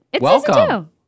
Welcome